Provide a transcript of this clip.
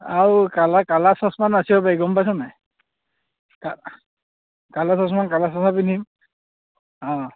আও কালা কালা চচমাত নাচিব পাৰি গম পাইছনে কা কালা চচমাত কালা চচমা পিন্ধিম অঁ